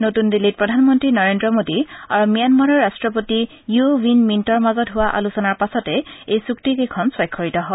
নতুন দিল্লীত প্ৰধানমন্ত্ৰী নৰেন্দ্ৰ মোদী আৰু ম্যানমাৰৰ ৰাট্টপতি ইউ ৱিন মিণ্টৰ মাজত হোৱা আলোচনা পাছতে এই চুক্তিকেইখন স্বাক্ষৰিত হয়